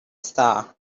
star